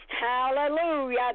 Hallelujah